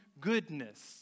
goodness